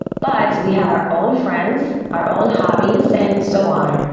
but we have our own friends, our own hobbies, and so on.